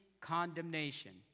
condemnation